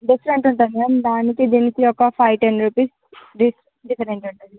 different ఉంటుంది ma'am దానికి దీనికి ఒక five ten rupees diff different ఉంటుంది